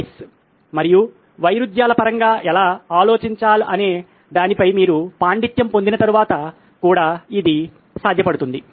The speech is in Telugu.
వైస్Why's మరియు వైరుధ్యాల పరంగా ఎలా ఆలోచించాలనే దానిపై మీరు పాండిత్యం పొందిన తర్వాత కూడా ఇది సాధ్యపడుతుంది